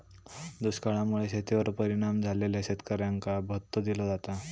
दुष्काळा मुळे शेतीवर परिणाम झालेल्या शेतकऱ्यांका भत्तो दिलो जाता